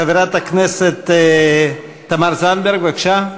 חברת הכנסת תמר זנדברג, בבקשה,